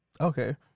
Okay